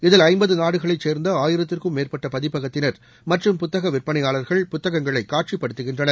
இதில் ஐம்பது நாடுகளைச் சேர்ந்த ஆயிரத்திற்கும் மேற்பட்ட பதிப்பகத்தினர் மற்றும் புத்தக விற்பனையாளர்கள் புத்தகங்களை காட்சிப்படுத்துகின்றனர்